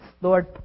Lord